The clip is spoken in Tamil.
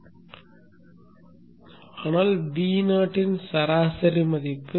இது ஒன்றும் இல்லை ஆனால் Vo சராசரி மதிப்பு